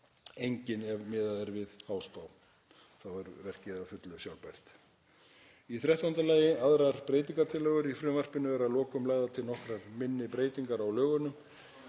engin ef miðað er við háspá. Þá er verkið að fullu sjálfbært. Í þrettánda lagi eru það aðrar breytingartillögur. Í frumvarpinu eru að lokum lagðar til nokkrar minni breytingar á lögum.